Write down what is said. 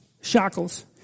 shackles